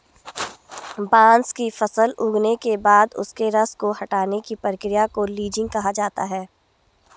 बांस की फसल उगने के बाद उसके रस को हटाने की प्रक्रिया को लीचिंग कहा जाता है